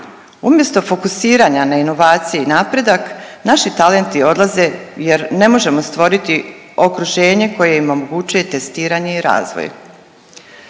Umjesto fokusiranja na inovacije i napredak naši talenti odlaze jer ne možemo stvoriti okruženje koje im omogućuje testiranje i razvoj.